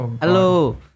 Hello